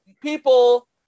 people